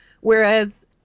Whereas